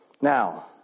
Now